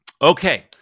Okay